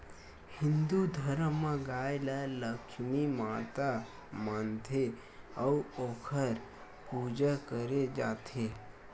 हिंदू धरम म गाय ल लक्छमी माता मानथे अउ ओखर पूजा करे जाथे